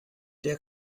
der